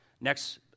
Next